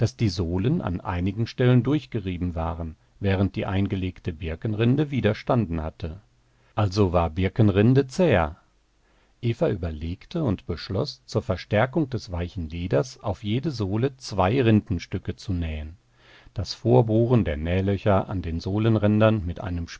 die sohlen an einigen stellen durchgerieben waren während die eingelegte birkenrinde widerstanden hatte also war birkenrinde zäher eva überlegte und beschloß zur verstärkung des weichen leders auf jede sohle zwei rindenstücke zu nähen das vorbohren der nählöcher an den sohlenrändern mit einem